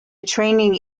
training